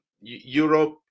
Europe